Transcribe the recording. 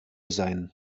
sein